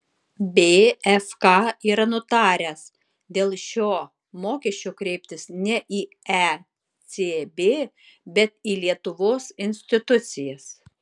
bfk yra nutaręs dėl šio mokesčio kreiptis ne į ecb bet į lietuvos institucijas